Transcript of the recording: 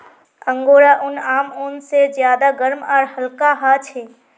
angora ऊन आम ऊन से ज्यादा गर्म आर हल्का ह छे